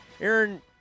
Aaron